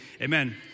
amen